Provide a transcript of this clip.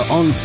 on